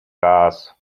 gas